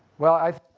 well, i